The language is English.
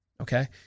okay